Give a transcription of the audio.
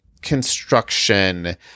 construction